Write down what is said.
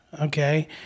okay